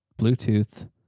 Bluetooth